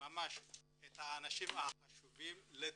ממש את האנשים החשובים לתיעוד.